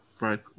Right